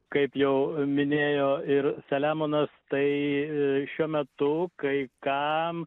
kaip jau minėjo ir seliamonas tai šiuo metu kai kam